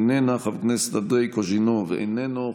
איננה,